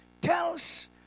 tells